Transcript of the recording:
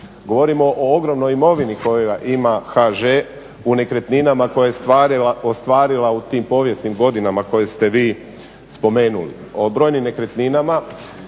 Govorimo o ogromnoj imovini koja ima HŽ u nekretninama koje je ostvarila u tim povijesnim godinama koje ste vi spomenuli,